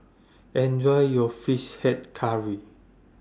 Enjoy your Fish Head Curry